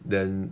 then